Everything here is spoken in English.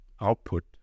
output